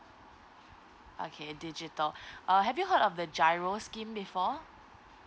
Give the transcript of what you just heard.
okay digital uh have you heard of the GIRO scheme before